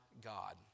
God